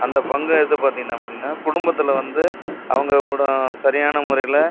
அந்த பங்கை எடுத்து பார்த்தீங்கனா பார்த்தீங்கனா குடும்பத்தில் வந்து அவங்க கூடோ சரியான முறையில்